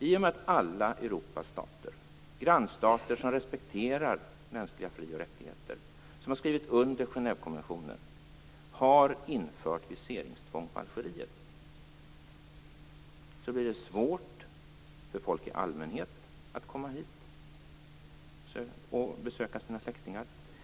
I och med att alla Europas stater, grannstater som respekterar mänskliga fri och rättigheter och som har skrivit under Genèvekonventionen, har infört viseringstvång från Algeriet blir det svårt för folk i allmänhet att komma hit och besöka sina släktingar.